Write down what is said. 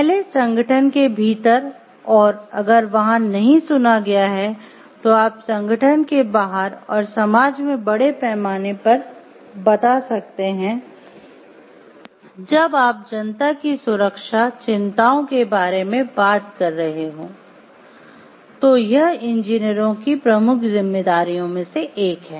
पहले संगठन के भीतर और अगर वहाँ नहीं सुना गया है तो आप संगठन के बाहर और समाज में बड़े पैमाने पर बता सकते हैं जब आप जनता की सुरक्षा चिंताओं के बारे में बात कर रहे हों तो यह इंजीनियरों की प्रमुख जिम्मेदारियों में से एक है